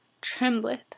trembleth